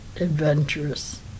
adventurous